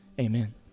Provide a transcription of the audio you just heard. amen